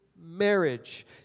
marriage